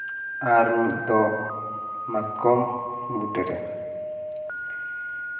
ᱟᱨ ᱢᱤᱫ ᱫᱚ ᱢᱟᱛᱠᱚᱢ ᱵᱩᱴᱟᱹ ᱨᱮ